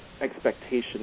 expectation